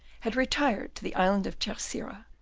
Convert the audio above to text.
had retired to the island of terceira,